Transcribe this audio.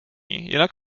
jinak